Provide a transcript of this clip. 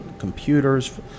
Computers